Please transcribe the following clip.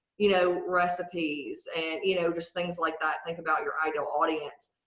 you know, recipes and you know just things like that think about your ideal audience.